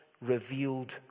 revealed